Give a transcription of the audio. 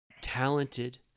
talented